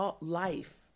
life